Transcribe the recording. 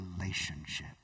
relationship